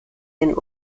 ihren